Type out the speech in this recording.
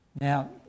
Now